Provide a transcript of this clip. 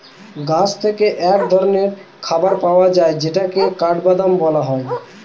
গাছ থেকে এক ধরনের খাবার পাওয়া যায় যেটাকে কাঠবাদাম বলে